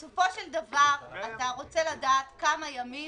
בסופו של דבר אתה רוצה לדעת כמה ימים